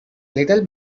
little